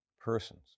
persons